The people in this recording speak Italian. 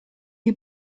gli